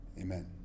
Amen